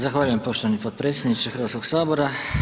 Zahvaljujem poštovani potpredsjedniče Hrvatskog sabora.